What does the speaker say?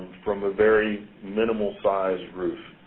from a very minimal sized roof.